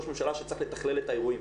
לציין,